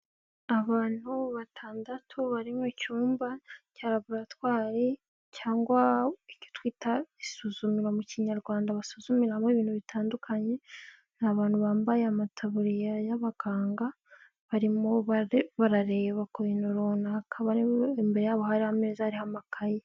Abantu batandatu bari mu icyumba cya laboratwari cyangwa icyo twita isuzumira mu Kinyarwanda basuzumiramo ibintu bitandukanye, ni abantu bambaye amataburiya y'abaganga, barimo barareba ku bintu runaka, imbere yabo hari ameza hariho amakayi.